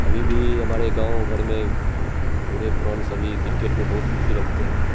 अभी भी हमारे गाँव घर में बूढ़े पुराने सभी क्रिकेट में बहुत रूचि रखते हैं